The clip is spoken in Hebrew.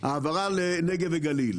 למשרד הנגב והגליל.